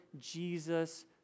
Jesus